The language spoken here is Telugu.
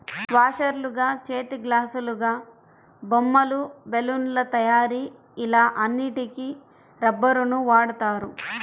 వాషర్లుగా, చేతిగ్లాసులాగా, బొమ్మలు, బెలూన్ల తయారీ ఇలా అన్నిటికి రబ్బరుని వాడుతారు